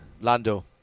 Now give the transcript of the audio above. Lando